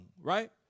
right